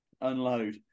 Unload